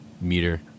meter